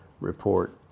report